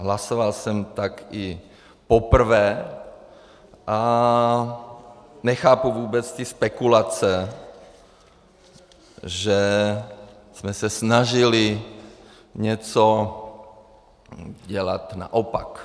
Hlasoval jsem tak i poprvé a nechápu vůbec ty spekulace, že jsme se snažili něco dělat naopak.